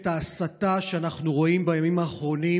ההסתה שאנחנו רואים בימים האחרונים